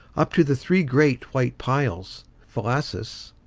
up to the three great white piles phasaelus,